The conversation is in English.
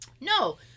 no